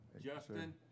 Justin